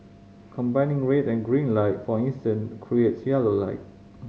combining red and green light for instance creates yellow light